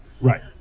right